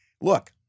look